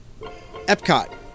Epcot